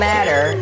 Matter